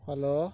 hello